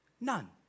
None